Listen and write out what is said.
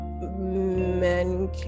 men